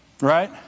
right